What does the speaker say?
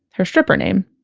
her stripper name,